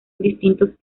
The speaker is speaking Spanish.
distintos